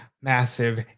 massive